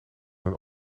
hun